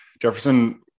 Jefferson